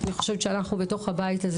אני חושבת שאנחנו בתוך הבית הזה,